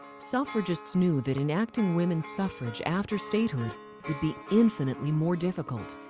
suffragist knew that enacting women's suffrage after statehood would be infinitely more difficult.